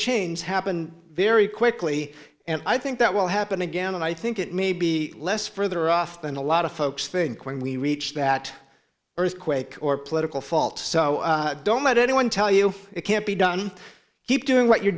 changes happen very quickly and i think that will happen again and i think it may be less further off than a lot of folks think when we reach that earthquake or political fault so don't let anyone tell you it can't be done keep doing what you're